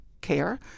care